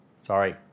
Sorry